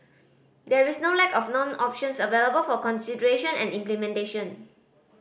there is no lack of known options available for consideration and implementation